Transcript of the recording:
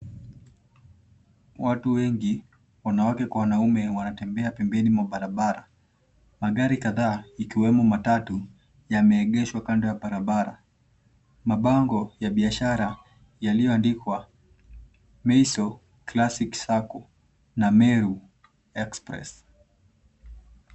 Watu wengi, wanawake kwa wanaume wanatembea pembeni mwa barabara. Magari kadhaa , ikiwemo matatu yameegeshwa kando ya barabara . Mabango ya biashara yaliyoandikwa Meiso Classic Sacco na Meru Express.